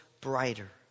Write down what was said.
brighter